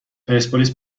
پرسپولیس